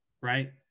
right